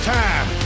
time